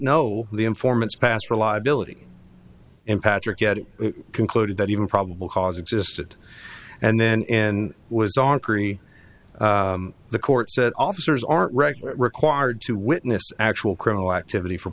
know the informant's past reliability and patrick yet it concluded that even probable cause existed and then in was on three the court said officers aren't regular required to witness actual criminal activity for